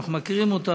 אנחנו מכירים אותו,